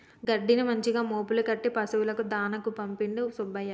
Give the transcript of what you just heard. గడ్డిని మంచిగా మోపులు కట్టి పశువులకు దాణాకు పంపిండు సుబ్బయ్య